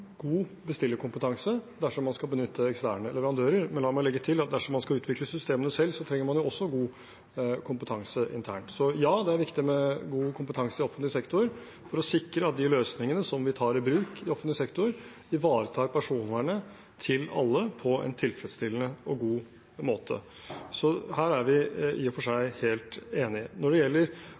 god bestillerkompetanse dersom man skal benytte eksterne leverandører. Men la meg legge til at dersom man skal utvikle systemene selv, trenger man jo også god kompetanse internt. Så ja, det er viktig med god kompetanse i offentlig sektor for å sikre at de løsningene vi tar i bruk i offentlig sektor, ivaretar personvernet til alle på en tilfredsstillende og god måte. Så her er vi i og for seg helt enige. Når det gjelder